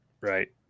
right